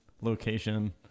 location